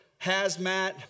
hazmat